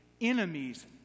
enemies